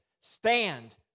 stand